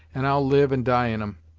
and i'll live and die in em,